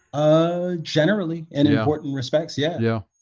ah generally in important respects, yeah. yeah.